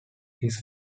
his